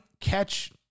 catch